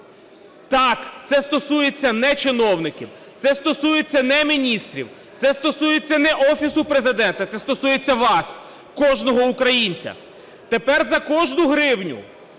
так, це стосується не чиновників, це стосується не міністрів, це стосується не Офісу Президента, це стосується вас – кожного українця. Тепер за кожну гривню,